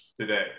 today